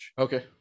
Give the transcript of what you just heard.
Okay